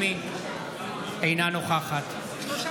תתביישו.